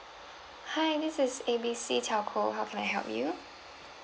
hi this is A B C telco how can I help you